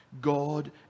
God